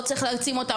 לא צריך להעצים אותם,